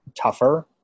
tougher